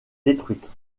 détruite